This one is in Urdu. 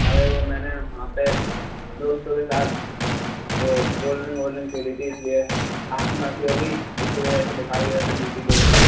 ارے وہ میں نے وہاں پہ دوستوں کے ساتھ وہ کول ڈرنگ وولڈرنگ پی لی تھی اِس لیے کھانسی وانسی ہو گئی اِسی وجہ سے بُخار کی وجہ سے بی پی لو ہو گیا